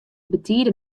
betide